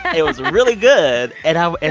it was really good. and i. and